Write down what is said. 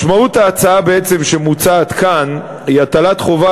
משמעות ההצעה שמוצעת כאן היא הטלת חובה